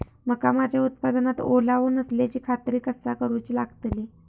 मका माझ्या उत्पादनात ओलावो नसल्याची खात्री कसा करुची लागतली?